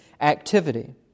activity